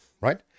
right